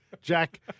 Jack